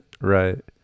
Right